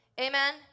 Amen